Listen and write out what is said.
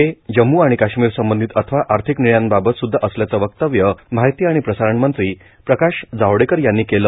हे जम्मू आणि काश्मीर संबंधीत अथवा आर्थिक निर्णयांबाबत सुध्दा असल्याचं वक्तव्य माहिती आणि प्रसारण मंत्री प्रकाश जावडेकर यांनी आज केलं